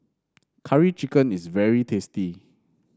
Curry Chicken is very tasty